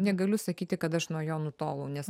negaliu sakyti kad aš nuo jo nutolau nes